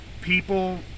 people